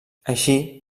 així